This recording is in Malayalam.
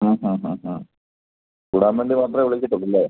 ആ ആ ആ ആ കൂടാൻ വേണ്ടി മാത്രമേ വിളിക്കത്തുള്ളൂല്ലേ